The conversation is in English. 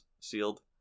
sealed